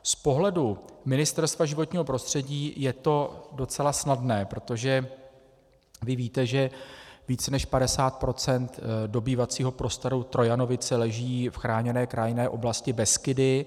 Z pohledu Ministerstva životního prostředí je to docela snadné, protože vy víte, že více než 50 % prostoru Trojanovice leží v chráněné krajinné oblasti Beskydy.